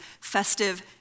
festive